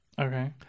Okay